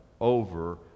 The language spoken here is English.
over